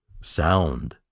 Sound